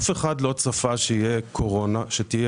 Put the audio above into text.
אף אחד לא צפה שתהיה קורונה.